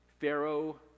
pharaoh